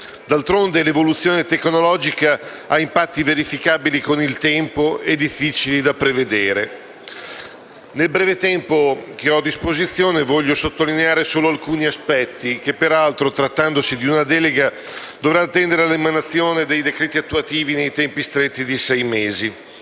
D'altronde, l'evoluzione tecnologica ha impatti verificabili con il tempo e difficili da prevedere. Nel breve tempo che ho a disposizione voglio sottolineare solo alcuni aspetti che, peraltro, trattandosi di una delega, dovranno attendere l'emanazione dei decreti attuativi nei tempi stretti di sei mesi.